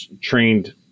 trained